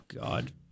God